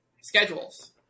schedules